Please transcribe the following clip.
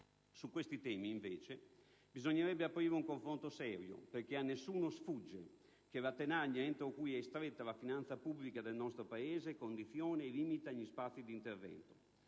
Su questi temi, invece, bisognerebbe aprire un confronto serio, perché a nessuno sfugge che la tenaglia entro cui è stretta la finanza pubblica del nostro Paese condiziona e limita gli spazi di intervento.